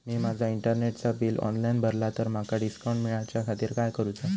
मी माजा इंटरनेटचा bill online भरला तर माका डिस्काउंट मिलाच्या खातीर काय करुचा?